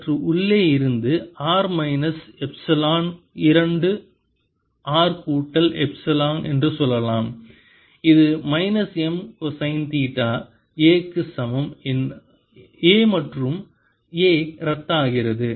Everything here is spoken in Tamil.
சற்று உள்ளே இருந்து r மைனஸ் எப்சிலான் இரண்டு r கூட்டல் எப்சிலான் என்று சொல்லலாம் இது minus M cosine theta a க்கு சமம் a மற்றும் a ரத்தாகிறது